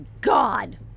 god